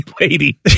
lady